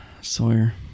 Sawyer